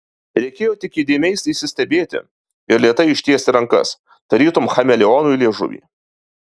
reikėjo tik įdėmiai įsistebėti ir lėtai ištiesti rankas tarytum chameleonui liežuvį